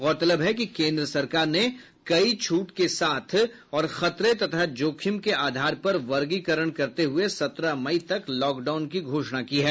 गौरतलब है कि केन्द्र सरकार ने कई छूट के साथ और खतरे तथा जोखिम के आधार पर वर्गीकरण करते हुए सत्रह मई तक लॉकडाउन की घोषणा की है